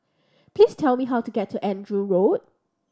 please tell me how to get to Andrew Road